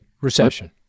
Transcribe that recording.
Recession